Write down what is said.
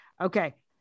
Okay